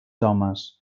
homes